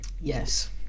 Yes